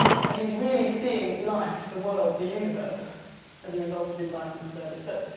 so he's really seeing life, the world, the universe as a result of his life in service. but,